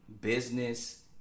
Business